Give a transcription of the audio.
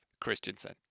Christensen